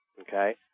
okay